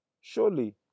surely